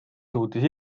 suutis